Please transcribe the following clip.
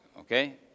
Okay